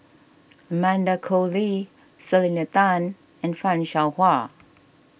Amanda Koe Lee Selena Tan and Fan Shao Hua